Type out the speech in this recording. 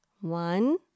One